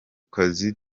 kazi